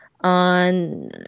on